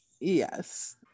yes